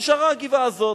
ונשארה הגבעה הזאת.